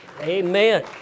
Amen